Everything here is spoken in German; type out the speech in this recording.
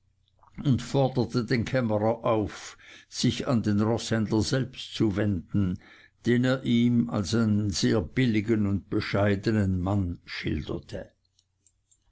und forderte den kämmerer auf sich an den roßhändler selbst zu wenden den er ihm als einen sehr billigen und bescheidenen mann schilderte